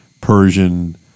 Persian